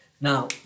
Now